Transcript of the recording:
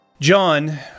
John